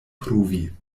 pruvi